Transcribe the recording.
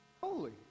Holy